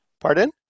Pardon